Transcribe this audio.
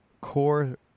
core